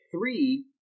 three